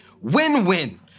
win-win